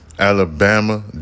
Alabama